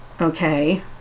Okay